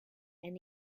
and